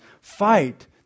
Fight